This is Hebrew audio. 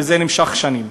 וזה נמשך שנים.